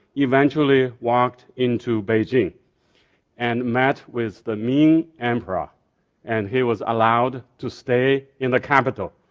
eventually walked into beijing and met with the ming emperor and he was allowed to stay in the capital.